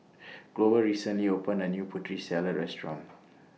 Glover recently opened A New Putri Salad Restaurant